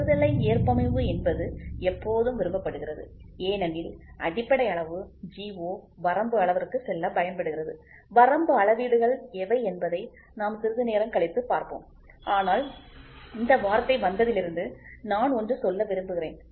ஒருதலை ஏற்பமைவு என்பது எப்போதும் விரும்பப்படுகிறது ஏனெனில் அடிப்படை அளவு ஜிஒ வரம்பு அளவிற்கு செல்ல பயன்படுகிறது வரம்பு அளவீடுகள் எவை என்பதை நாம் சிறிது நேரம் கழித்து பார்ப்போம் ஆனால் இந்த வார்த்தை வந்ததிலிருந்து நான் ஒன்று சொல்ல விரும்புகிறேன்